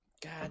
God